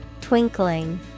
twinkling